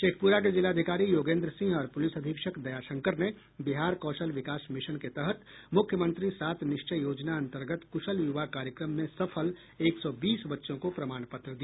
शेखपुरा के जिलाधिकारी योगेन्द्र सिंह और पुलिस अधीक्षक दयाशंकर ने बिहार कौशल विकास मिशन के तहत मुख्यमंत्री सात निश्चय योजना अंतर्गत कुशल युवा कार्यक्रम में सफल एक सौ बीस बच्चों को प्रमाण पत्र दिया